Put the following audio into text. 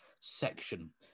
section